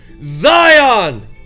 Zion